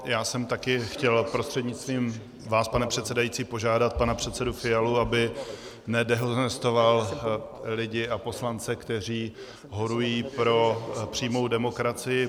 Já jsem také chtěl prostřednictvím vás, pane předsedající, požádat pana předsedu Fialu, aby nedehonestoval lidi a poslance, kteří horují pro přímou demokracii.